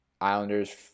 Islanders